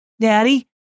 Daddy